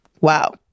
wow